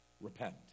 Repent